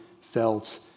felt